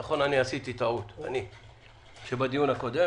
נכון, אני עשיתי טעות כשבדיון הקודם